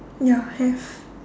ya have